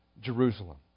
Jerusalem